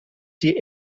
die